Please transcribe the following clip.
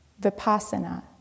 vipassana